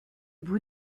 bout